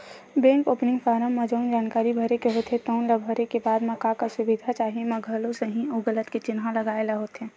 bank opening form म जउन जानकारी भरे के होथे तउन ल भरे के बाद म का का सुबिधा चाही म घलो सहीं अउ गलत के चिन्हा लगाए ल होथे